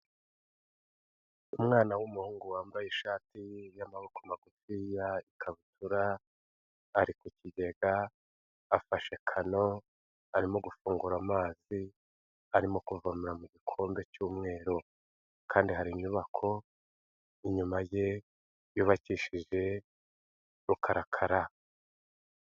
Umwana w'umuhungu wambaye ishati y'amaboko magufiya, ikabutura ari ku kigega, afashe kano arimo gufungura amazi arimo kuvomera mu gikombe cy'umweru kandi hari inyubako inyuma ye yubakishije rukarakara.